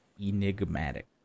Enigmatic